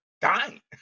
dying